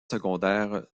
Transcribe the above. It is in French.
secondaires